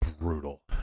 brutal